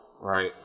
Right